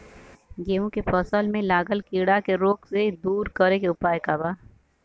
गेहूँ के फसल में लागल कीड़ा के रोग के दूर करे के उपाय का बा?